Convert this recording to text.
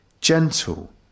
gentle